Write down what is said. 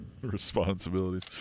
Responsibilities